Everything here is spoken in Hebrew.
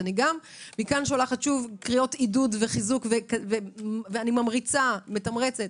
מכאן אני שולחת קריאות חיזוק ועידוד ואני מתמרצת